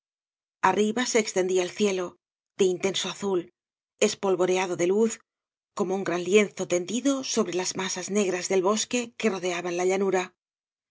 arriba se extendía el cielo de intenso azul espolvoreado de luz como un gran lienzo tendido sobre las masas negras del bosque que rodeaban la llanura